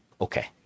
Okay